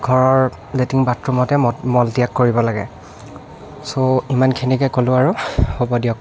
ঘৰৰ লেট্ৰিন বাথৰুমতে ম মলত্যাগ কৰিব লাগে চ' ইমানখিনিকে ক'লোঁ আৰু হ'ব দিয়ক